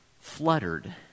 fluttered